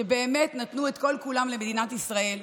שבאמת נתנו את כל-כולם למדינת ישראל,